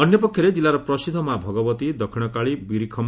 ଅନ୍ୟପକ୍ଷରେ କିଲ୍ଲାର ପ୍ରସିଦ୍ଧ ମା ଭଗବତୀ ଦକ୍ଷିଣକାଳୀ ବିରିଖମ୍